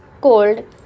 cold